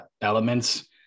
elements